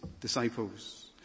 disciples